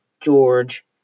George